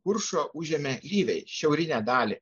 kuršo užėmė lyviai šiaurinę dalį